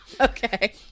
Okay